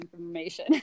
information